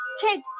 Kids